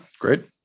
Great